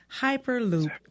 Hyperloop